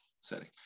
setting